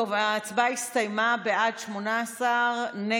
ההצעה להעביר את הצעת חוק להארכת תוקפן